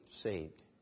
saved